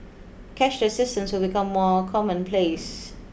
cashless systems will become more commonplace